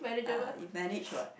uh you managed what